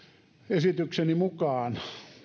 esitykseni mukaan